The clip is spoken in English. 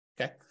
Okay